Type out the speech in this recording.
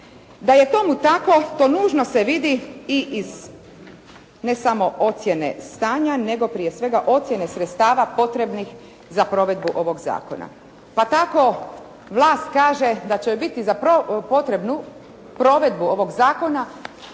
Da je tomu tako to nužno se vidi i iz ne samo ocjene stanja, nego prije svega ocjene sredstava potrebnih za provedbu ovog zakona. Pa tako vlast kaže da će biti za potrebnu provedbu ovog zakona